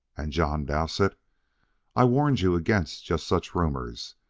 and john dowsett i warned you against just such rumors.